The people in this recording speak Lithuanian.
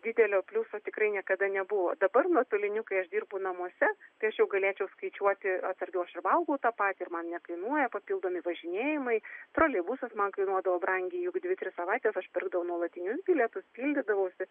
didelio pliuso tikrai niekada nebuvo dabar nuotoliniu kai aš dirbu namuose kai aš jau galėčiau skaičiuoti atsargiau aš ir valgau tą patį ir man nekainuoja papildomi važinėjimai troleibusas man kainuodavo brangiai juk dvi tris savaites aš pirkdavau nuolatinius bilietus pildydavausi